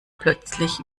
plötzlich